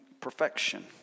perfection